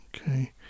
Okay